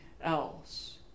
else